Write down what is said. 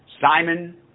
Simon